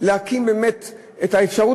להקים באמת את האפשרות